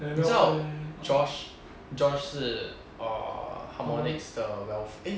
你知道 josh josh 是 err harmonics 的 welf~ eh